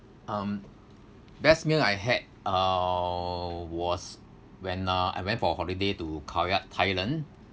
um best meal I had uh was when uh I went for holiday to khao yai thailand